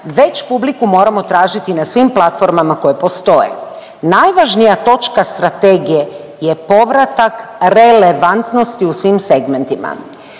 već publiku moramo tražiti na svim platformama koje postoje. Najvažnija točka strategije je povratak relevantnosti u svim segmentima.